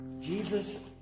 Jesus